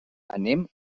anem